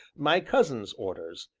my cousin's orders,